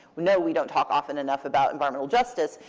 know we don't talk often enough about environmental justice,